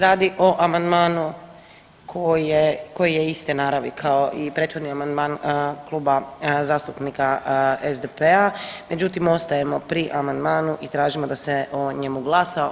radi o amandmanu koji je iste naravi kao i prethodni amandman Kluba zastupnika SDP-a, međutim ostajemo pri amandmanu i tražimo da se o njemu glasa.